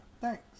Thanks